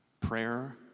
Prayer